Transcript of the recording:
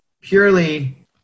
purely